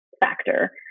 factor